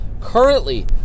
currently